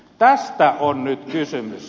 tästä on nyt kysymys